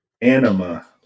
anima